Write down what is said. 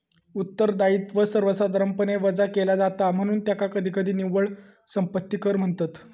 उत्तरदायित्व सर्वसाधारणपणे वजा केला जाता, म्हणून त्याका कधीकधी निव्वळ संपत्ती कर म्हणतत